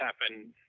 happen